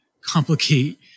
complicate